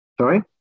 Sorry